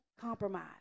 compromise